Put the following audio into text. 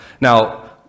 Now